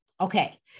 Okay